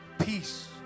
peace